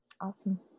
Awesome